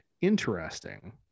interesting